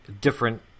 different